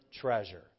treasure